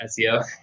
SEO